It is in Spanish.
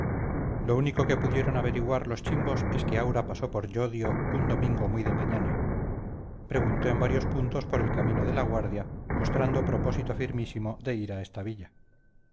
lo único que pudieron averiguar los chimbos es que aura pasó por llodio un domingo muy de mañana preguntó en varios puntos por el camino de la guardia mostrando propósito firmísimo de ir a esta villa